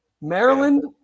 Maryland